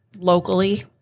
locally